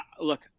look